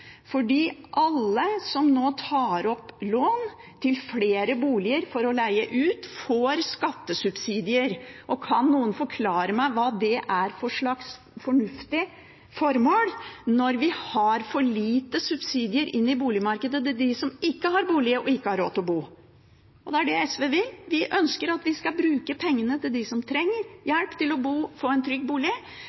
fordi alle som nå tar opp lån til flere boliger for å leie ut, får skattesubsidier. Og kan noen forklare meg hva slags fornuftig formål det er når vi har for lite subsidier inn i boligmarkedet til dem som ikke har bolig og ikke har råd til å bo? Det er det SV vil: Vi ønsker å bruke pengene til dem som trenger hjelp til å få en trygg bolig,